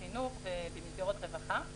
בחינוך ובמסגרות רווחה.